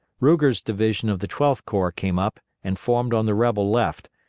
ruger's division of the twelfth corps came up and formed on the rebel left,